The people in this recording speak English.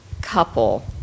couple